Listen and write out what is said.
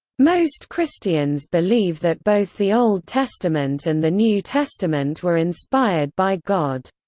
most christians believe that both the old testament and the new testament were inspired by god.